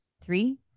Three